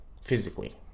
physically